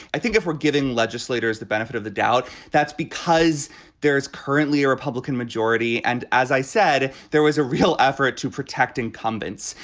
i if we're giving legislators the benefit of the doubt that's because there is currently a republican majority and as i said there was a real effort to protect incumbents.